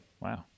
Wow